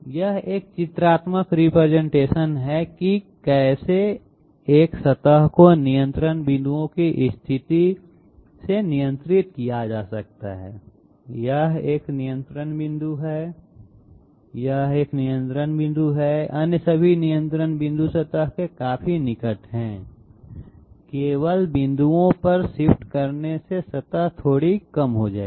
यह एक चित्रात्मक रिप्रेजेंटेशन है कि कैसे एक सतह को नियंत्रण बिंदुओं की स्थिति से नियंत्रित किया जा सकता है यह एक नियंत्रण बिंदु है यह एक नियंत्रण बिंदु है अन्य सभी नियंत्रण बिंदु सतह के काफी निकट हैं केवल बिंदुओं पर शिफ्ट करने से सतह थोड़ी कम हो जाएगी